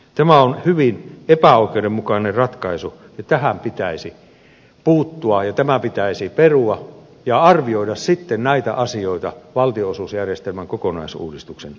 tämä on hyvin epäoikeudenmukainen ratkaisu ja tähän pitäisi puuttua ja tämä pitäisi perua ja arvioida sitten näitä asioita valtionosuusjärjestelmän kokonaisuudistuksen yhteydessä